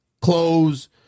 clothes